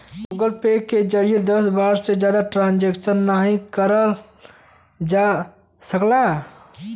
Google Pay के जरिए दस बार से जादा ट्रांजैक्शन नाहीं करल जा सकला